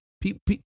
people